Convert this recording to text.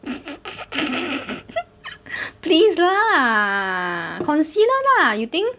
please lah concealer lah you think